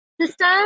system